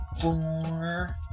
four